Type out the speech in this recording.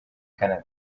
canada